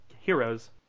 heroes